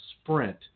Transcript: sprint